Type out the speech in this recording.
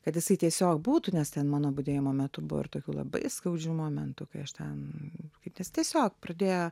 kad jisai tiesiog būtų nes ten mano budėjimo metu buvo ir tokių labai skaudžių momentų kai aš ten kaip nes tiesiog pradėjo